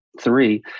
three